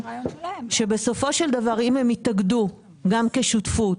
שבסופו של דבר אם הם יתאגדו גם כשותפות,